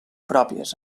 pròpies